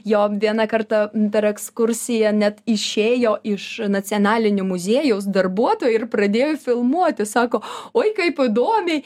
jo diena kartą per ekskursiją net išėjo iš nacionalinio muziejaus darbuotojų ir pradėjo filmuoti sako oi kaip įdomiai